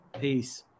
peace